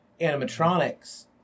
animatronics